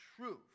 truth